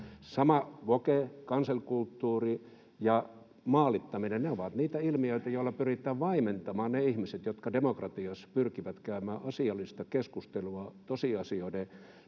Samoin woke- ja cancel-kulttuuri ja maalittaminen ovat niitä ilmiöitä, joilla pyritään vaimentamaan ne ihmiset, jotka demokratiassa pyrkivät käymään asiallista keskustelua tosiasioiden